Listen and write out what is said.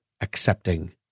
accepting